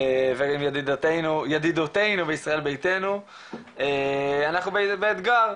ועם ידידותינו בישראל ביתנו, אנחנו באתגר.